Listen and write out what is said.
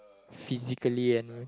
physically annual